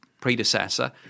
predecessor